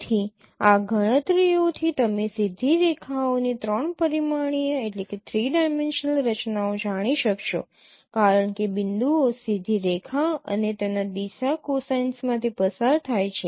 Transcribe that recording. તેથી આ ગણતરીઓથી તમે સીધી રેખાઓની ૩ પરિમાણીય રચનાઓ જાણી શકશો કારણ કે બિંદુઓ સીધી રેખા અને તેના દિશા કોસાઇન્સમાંથી પસાર થાય છે